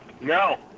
No